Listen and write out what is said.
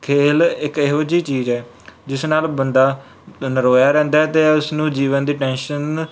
ਖੇਡ ਇੱਕ ਇਹੋ ਜਿਹੀ ਚੀਜ਼ ਹੈ ਜਿਸ ਨਾਲ ਬੰਦਾ ਨਰੋਇਆ ਰਹਿੰਦਾ ਹੈ ਅਤੇ ਉਸ ਨੂੰ ਜੀਵਨ ਦੀ ਟੈਂਸ਼ਨ